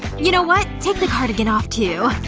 you know what? take the cardigan off, too